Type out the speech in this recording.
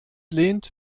lehnt